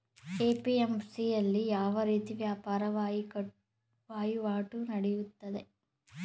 APMC ಯಲ್ಲಿ ಯಾವ ರೀತಿ ವ್ಯಾಪಾರ ವಹಿವಾಟು ನೆಡೆಯುತ್ತದೆ?